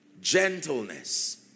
gentleness